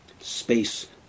space